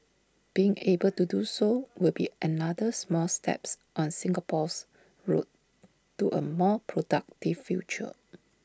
being able to do so will be another small steps on Singapore's road to A more productive future